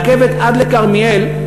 רכבת עד לכרמיאל,